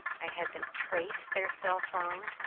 i had them trace their cell phone,